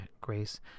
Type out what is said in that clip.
grace